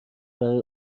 برای